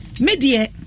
media